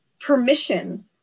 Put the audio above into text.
permission